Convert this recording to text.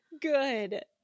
good